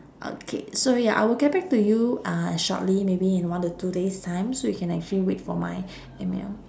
okay so ya I will get back to you uh shortly maybe in one to two days time so you can actually wait for my email